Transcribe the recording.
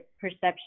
perception